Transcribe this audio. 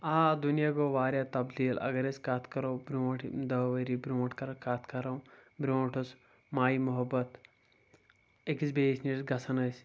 آ دُنیا گوٚو واریاہ تبدیٖل اگر أسۍ کتھ کرو برٛونٛٹھ دہ ؤری برٛونٹھ کرو کتھ کرو برٛونٛٹھ ٲس مایہِ محبت أکِس بیٚیِس نِش گژھان ٲس